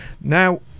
Now